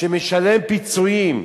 שמשלמת פיצויים,